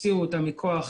הוציאו אותה בכוח